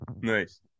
Nice